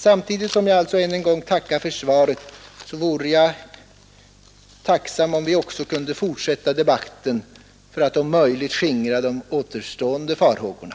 Samtidigt som jag än en gång tackar för svaret vore jag tacksam om vi också kunde fortsätta debatten för att om möjligt skingra de återstående farhågorna.